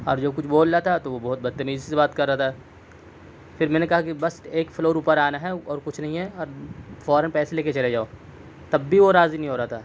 اور جو کچھ بول رہا تھا تو وہ بہت بدتمیزی سے بات کر رہا تھا پھر میں نے کہا کہ بس ایک فلور اوپر آنا ہے اور کچھ نہیں ہے اور فوراً پیسے لے کے چلے جاؤ تب بھی وہ راضی نہیں ہو رہا تھا